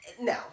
no